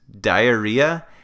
diarrhea